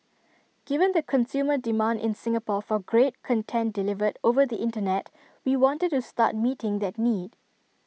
given the consumer demand in Singapore for great content delivered over the Internet we wanted to start meeting that need